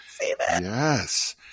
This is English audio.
Yes